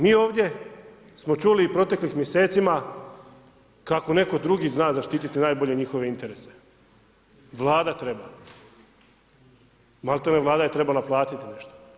Mi ovdje smo čuli i proteklih mjesecima kako netko drugi zna zaštititi najbolje njihove interese, Vlada treba, malte ne Vlada je trebala platiti nešto.